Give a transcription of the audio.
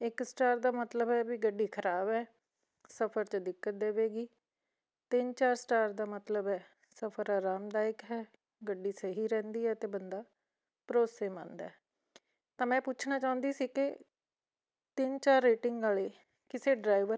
ਇੱਕ ਸਟਾਰ ਦਾ ਮਤਲਬ ਹੈ ਵੀ ਗੱਡੀ ਖ਼ਰਾਬ ਹੈ ਸਫ਼ਰ 'ਚ ਦਿੱਕਤ ਦੇਵੇਗੀ ਤਿੰਨ ਚਾਰ ਸਟਾਰ ਦਾ ਮਤਲਬ ਹੈ ਸਫ਼ਰ ਆਰਾਮਦਾਇਕ ਹੈ ਗੱਡੀ ਸਹੀ ਰਹਿੰਦੀ ਹੈ ਅਤੇ ਬੰਦਾ ਭਰੋਸੇਮੰਦ ਹੈ ਤਾਂ ਮੈਂ ਪੁੱਛਣਾ ਚਾਹੁੰਦੀ ਸੀ ਕਿ ਤਿੰਨ ਚਾਰ ਰੇਟਿੰਗ ਵਾਲੇ ਕਿਸੇ ਡਰਾਈਵਰ